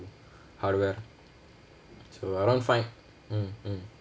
hardware so around fine mm mm